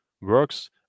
works